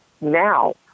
now